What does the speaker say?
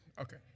Okay